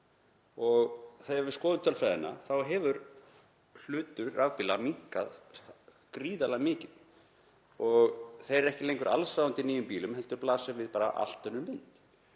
Þegar við skoðum tölfræðina þá hefur hlutur rafbíla minnkað gríðarlega mikið og þeir eru ekki lengur allsráðandi í nýjum bílum heldur blasir við allt önnur mynd.